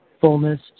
fullness